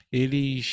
eles